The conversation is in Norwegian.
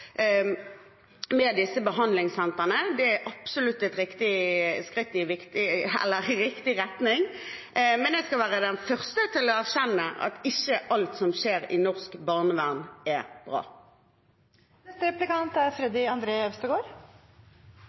med to prosjekter med disse behandlingssentrene. Det er absolutt et skritt i riktig retning. Men jeg skal være den første til å erkjenne at ikke alt som skjer i norsk barnevern, er bra. Fremskrittspartiet er